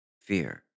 fear